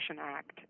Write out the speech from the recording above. Act